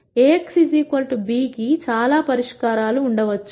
A x b కి చాలా పరిష్కారాలు ఉండవచ్చు